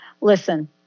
Listen